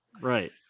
Right